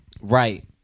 Right